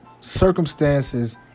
circumstances